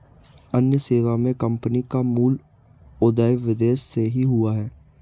अन्य सेवा मे कम्पनी का मूल उदय विदेश से ही हुआ है